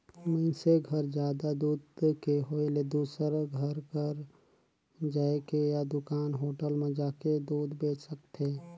मइनसे घर जादा दूद के होय ले दूसर घर घर जायके या दूकान, होटल म जाके दूद बेंच सकथे